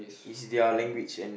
it's their language and